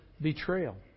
betrayal